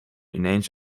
ineens